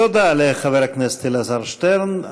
תודה לחבר הכנסת אלעזר שטרן.